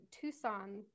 Tucson